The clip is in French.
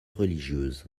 religieuse